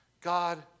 God